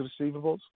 receivables